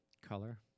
Color